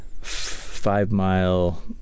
five-mile